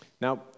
Now